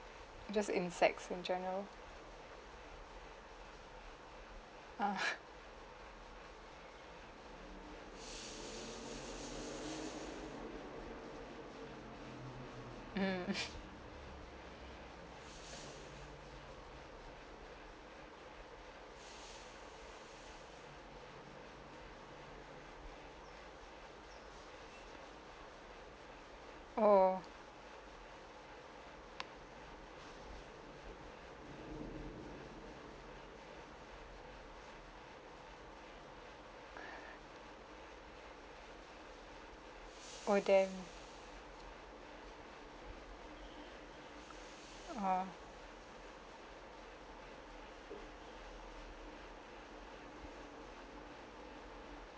just insects in general uh mmhmm oh oh damn oh